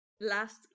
last